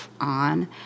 on